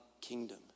kingdom